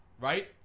right